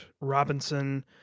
Robinson